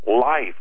life